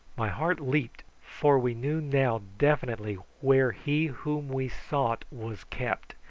my heart leaped, for we knew now definitely where he whom we sought was kept,